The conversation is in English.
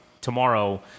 tomorrow